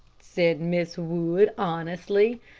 said mrs. wood, honestly.